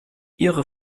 ihre